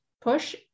push